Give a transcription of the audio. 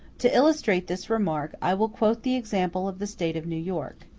to illustrate this remark, i will quote the example of the state of new york.